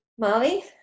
Molly